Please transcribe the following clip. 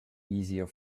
easier